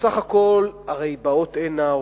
שבסך הכול הרי הן באות הנה,